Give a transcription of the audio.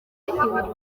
ibirori